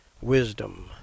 wisdom